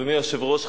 אדוני היושב-ראש,